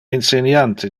inseniante